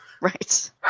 Right